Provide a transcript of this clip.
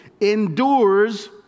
endures